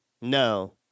no